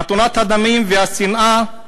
חתונת הדמים והשנאה,